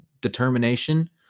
determination